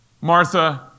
Martha